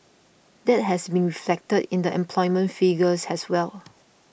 that has been reflected in the employment figures as well